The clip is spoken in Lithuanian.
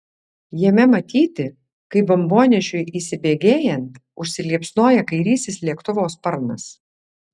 jame matyti kaip bombonešiui įsibėgėjant užsiliepsnoja kairysis lėktuvo sparnas